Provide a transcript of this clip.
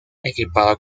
equipado